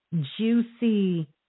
juicy